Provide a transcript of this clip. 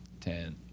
Ten